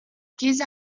käse